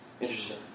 Interesting